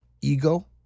ego